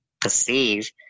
perceive